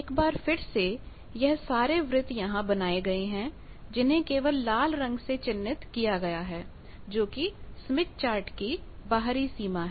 एक बार फिर से यह सारे वृत्त यहां बनाए गए हैं जिन्हें केवल लाल रंग से चिह्नित किया गया है जो स्मिथ चार्ट की बाहरी सीमा है